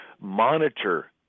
monitor